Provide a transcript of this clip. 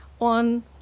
on